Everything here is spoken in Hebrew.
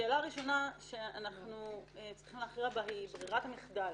השאלה הראשונה שאנחנו צריכים להכריע בה היא ברירת המחדל.